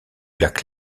lac